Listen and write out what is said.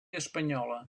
espanyola